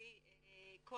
שם?